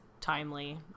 timely